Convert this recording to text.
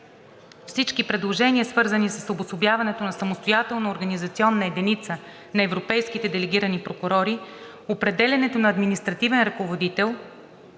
всички предложения, свързани с обособяването на самостоятелна организационна единица на европейските делегирани прокурори, определянето на административен ръководител